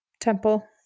temple